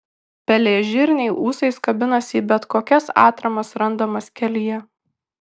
pelėžirniai ūsais kabinasi į bet kokias atramas randamas kelyje